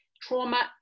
trauma